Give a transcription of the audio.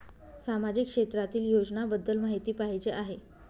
सामाजिक क्षेत्रातील योजनाबद्दल माहिती पाहिजे आहे?